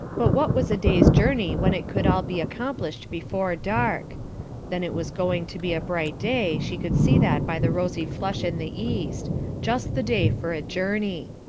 but what was a day's journey when it could all be accomplished before dark then it was going to be a bright day, she could see that by the rosy flush in the east just the day for a journey.